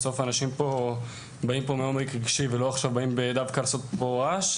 כי בסוף אנשים באים פה מעומק רגשי ולא באים לעשות רעש.